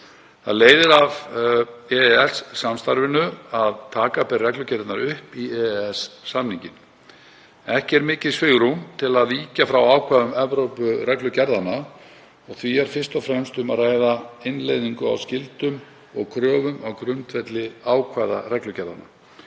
Það leiðir af EES-samstarfinu að taka ber reglugerðirnar upp í EES-samninginn. Ekki er mikið svigrúm til að víkja frá ákvæðum Evrópureglugerðanna og því er fyrst og fremst um að ræða innleiðingu á skyldum og kröfum á grundvelli ákvæða reglugerðarinnar.